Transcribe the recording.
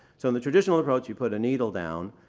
so in the traditional approach, you put a needle down,